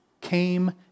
came